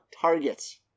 targets